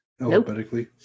alphabetically